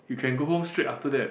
you can go home straight after that